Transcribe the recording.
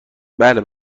بله